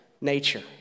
nature